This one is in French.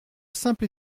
simple